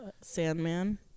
Sandman